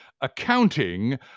accounting